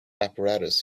apparatus